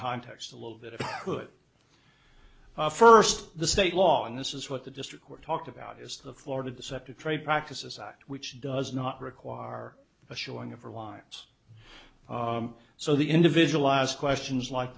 context a little bit if i could first the state law and this is what the district court talked about is the florida deceptive trade practices act which does not require are a showing of our lives so the individualized questions like